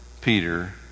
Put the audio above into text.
Peter